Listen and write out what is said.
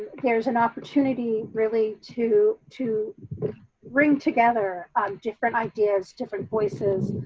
there's an opportunity really to to bring together um different ideas, different voices,